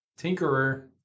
Tinkerer